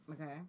Okay